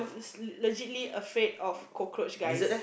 is legit ~ly afraid of cockroach guys